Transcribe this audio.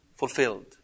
Fulfilled